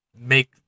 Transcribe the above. make